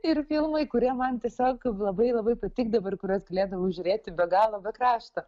ir filmai kurie man tiesiog labai labai patikdavo ir kuriuos galėdavau žiūrėti be galo be krašto